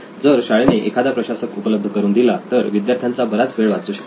जर शाळेने एखादा प्रशासक उपलब्ध करून दिला तर विद्यार्थ्यांचा बराच वेळ वाचू शकेल